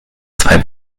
zwei